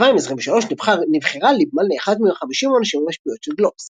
ב-2023 נבחרה ליבמן לאחת מ-50 הנשים המשפיעות של גלובס.